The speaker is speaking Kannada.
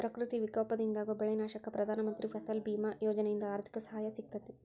ಪ್ರಕೃತಿ ವಿಕೋಪದಿಂದಾಗೋ ಬೆಳಿ ನಾಶಕ್ಕ ಪ್ರಧಾನ ಮಂತ್ರಿ ಫಸಲ್ ಬಿಮಾ ಯೋಜನೆಯಿಂದ ಆರ್ಥಿಕ ಸಹಾಯ ಸಿಗತೇತಿ